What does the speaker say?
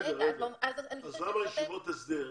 מה עם ישיבות הסדר?